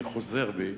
אני חוזר בי.